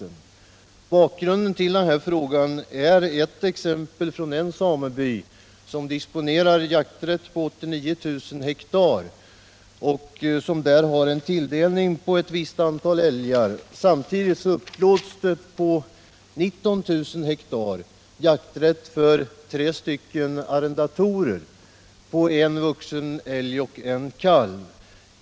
Bakgrunden till min fråga är ett exempel från en sameby som disponerar jakträtt på 89000 hektar och där har en tilldelning på ett visst antal älgar. Samtidigt upplåts för tre arrendatorer jakträtt på 19 000 hektar för en vuxen älg och en kalv.